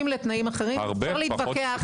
טוב,